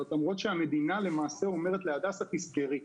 למרות שהמדינה למעשה אומרת להדסה "תסגרי".